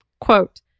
quote